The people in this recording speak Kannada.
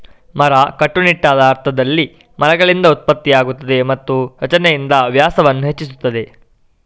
ಮರ, ಕಟ್ಟುನಿಟ್ಟಾದ ಅರ್ಥದಲ್ಲಿ, ಮರಗಳಿಂದ ಉತ್ಪತ್ತಿಯಾಗುತ್ತದೆ ಮತ್ತು ರಚನೆಯಿಂದ ವ್ಯಾಸವನ್ನು ಹೆಚ್ಚಿಸುತ್ತದೆ